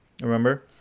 remember